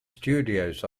studios